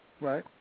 Right